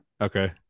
Okay